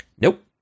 Nope